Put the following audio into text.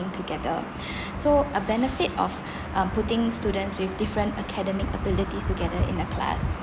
together so a benefit of um putting student with different academic abilities together in a class